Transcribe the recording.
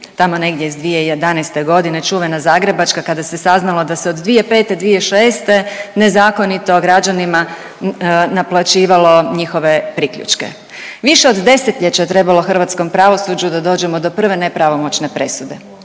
tamo negdje iz 2011. g., čuvena zagrebačka, kada se saznalo da se od 2005., 2006. nezakonito građanima naplaćivalo njihove priključke. Više od desetljeća je trebalo hrvatskom pravosuđu da dođemo do prve nepravomoćne presude.